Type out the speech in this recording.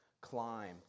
climb